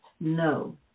No